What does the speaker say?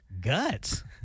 Guts